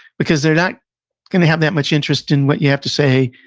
because, they're not going to have that much interest in what you have to say,